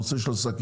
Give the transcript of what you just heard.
הנושא של השקיות,